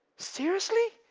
seriously.